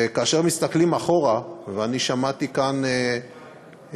כאשר מסתכלים אחורה, ואני שמעתי כאן התקפות